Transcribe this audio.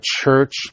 church